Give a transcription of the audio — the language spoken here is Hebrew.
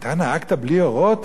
אתה נהגת בלי אורות?